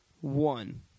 one